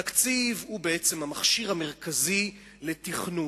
תקציב הוא בעצם המכשיר המרכזי לתכנון.